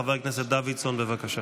חבר הכנסת דוידסון, בבקשה.